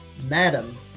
Madam